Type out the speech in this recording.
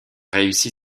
réussi